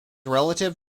relative